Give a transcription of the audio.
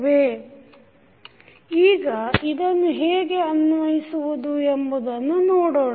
Slide Time 1339 ಈಗ ಇದನ್ನು ಹೇಗೆ ಅನ್ವಯಿಸುವುದು ಎಂಬುವುದನ್ನು ನೋಡೋಣ